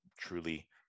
truly